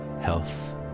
health